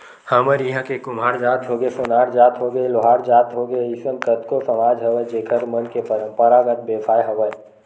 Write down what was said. हमर इहाँ के कुम्हार जात होगे, सोनार जात होगे, लोहार जात के होगे अइसन कतको समाज हवय जेखर मन के पंरापरागत बेवसाय हवय